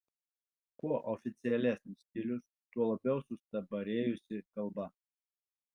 kuo oficialesnis stilius tuo labiau sustabarėjusi kalba